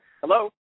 Hello